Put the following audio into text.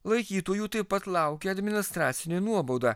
laikytojų taip pat laukia administracinė nuobauda